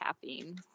caffeine